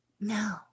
No